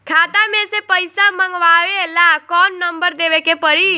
खाता मे से पईसा मँगवावे ला कौन नंबर देवे के पड़ी?